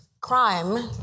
crime